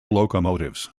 locomotives